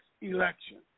election